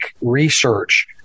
Research